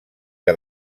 que